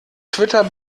twitter